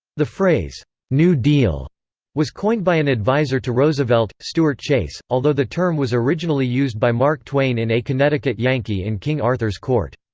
the phrase new deal was coined by an adviser to roosevelt, stuart chase, although the term was originally used by mark twain in a connecticut yankee in king arthur's court.